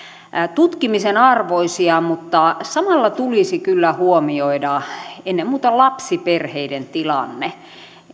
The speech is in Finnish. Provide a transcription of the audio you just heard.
tutkimisen arvoisia mutta samalla tulisi kyllä huomioida ennen muuta lapsiperheiden tilanne